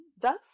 thus